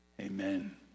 Amen